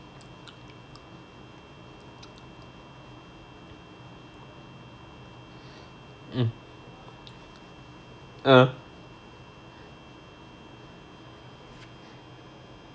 mm uh